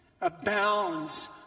abounds